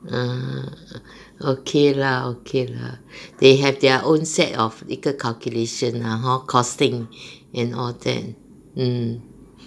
ah okay lah okay lah they have their own set of 一个 calculation lah hor costing and all that